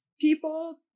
People